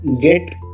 get